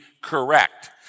correct